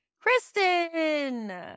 Kristen